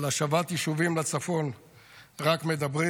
על השבת ישובים לצפון רק מדברים.